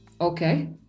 Okay